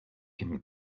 ihm